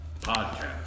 Podcast